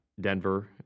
Denver